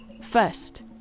first